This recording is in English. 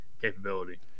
capability